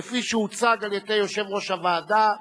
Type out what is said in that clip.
כפי שהוצג על-ידי יושב-ראש הוועדה,